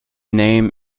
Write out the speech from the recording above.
name